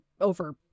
over